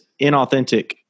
inauthentic